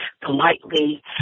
politely